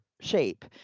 shape